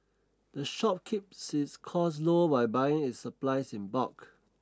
the shop keeps its costs low by buying its supplies in bulk